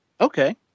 Okay